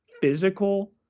physical